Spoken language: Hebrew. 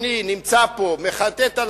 נמצא פה כל יום שני,